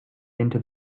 into